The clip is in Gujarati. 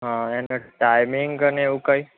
હા એનો ટાઇમિંગ અને એવું કાંઈ